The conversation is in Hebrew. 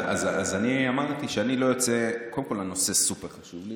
אז אני אמרתי שהנושא סופר-חשוב לי